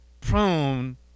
prone